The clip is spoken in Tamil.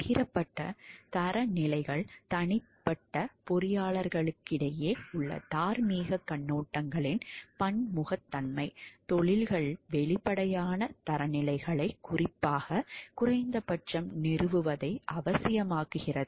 பகிரப்பட்ட தரநிலைகள் தனிப்பட்ட பொறியாளர்களிடையே உள்ள தார்மீகக் கண்ணோட்டங்களின் பன்முகத்தன்மை தொழில்கள் வெளிப்படையான தரநிலைகளை குறிப்பாக குறைந்தபட்சம் நிறுவுவதை அவசியமாக்குகிறது